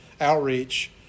outreach